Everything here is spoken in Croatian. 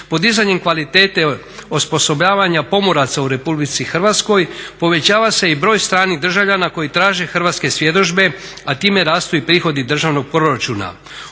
Podizanjem kvalitete osposobljavanja pomoraca u RH povećava se i broj stranih državljana koji traže hrvatske svjedodžbe, a time rastu i prihodi državnog proračuna.